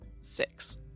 six